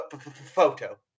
photo